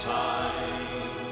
time